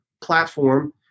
platform